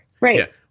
Right